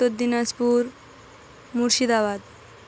Uttar Dinajpur Murshidabad